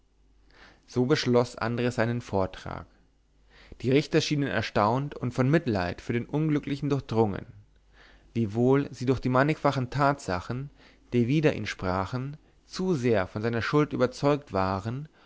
so beschloß andres seinen vortrag die richter schienen erstaunt und von mitleid für den unglücklichen durchdrungen wiewohl sie durch die mannigfachen tatsachen die wider ihn sprachen zu sehr von seiner schuld überzeugt waren